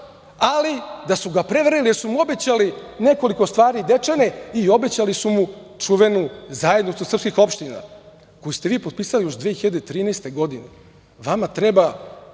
ali da su ga prevarili jer su mu obećali nekoliko stvari, Dečane i obećali su mu čuvenu Zajednicu srpskih opština, koju ste vi potpisali još 2013. godine. Vama treba